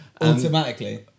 Automatically